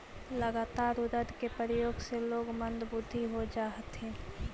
लगातार उड़द के प्रयोग से लोग मंदबुद्धि हो जा हथिन